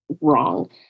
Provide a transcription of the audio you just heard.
wrong